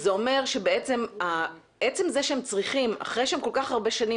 זה אומר שעצם זה שהם צריכים אחרי שהם כל כך הרבה שנים